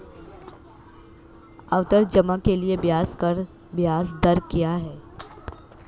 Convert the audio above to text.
आवर्ती जमा के लिए ब्याज दर क्या है?